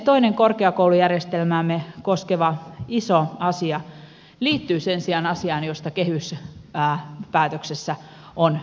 toinen korkeakoulujärjestelmäämme koskeva iso asia liittyy sen sijaan asiaan josta kehyspäätöksessä on merkintä